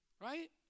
Right